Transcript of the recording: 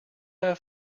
have